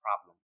problem